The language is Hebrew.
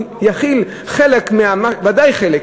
יחיל ודאי חלק,